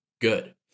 good